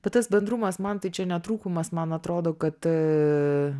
bet tas bendrumas man tai čia ne trūkumas man atrodo kad